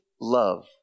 love